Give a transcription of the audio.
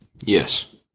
Yes